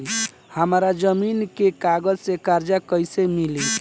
हमरा जमीन के कागज से कर्जा कैसे मिली?